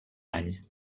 any